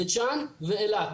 בית שאן ואילת.